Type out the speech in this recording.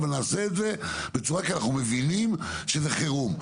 אבל נעשה את זה כי אנחנו מבינים שזה חירום.